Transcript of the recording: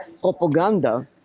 propaganda